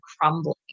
crumbling